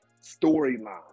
storyline